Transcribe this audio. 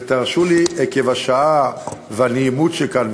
ותרשו לי עקב השעה והנעימות שכאן,